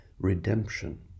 redemption